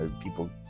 people